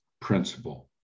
principle